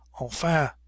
enfin